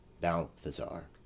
Balthazar